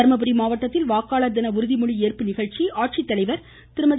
தர்மபுரி மாவட்டத்தில் வாக்காளர் தின உறுதி மொழி ஏற்பு நிகழ்ச்சி மாவட்ட ஆட்சித்தலைவர் திருமதி